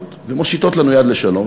פרגמטיות ומושיטות לנו יד לשלום,